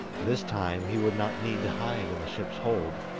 this time he would not need to hide in the ship's hold,